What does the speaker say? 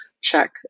check